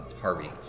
Harvey